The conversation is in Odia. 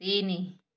ତିନି